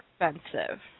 expensive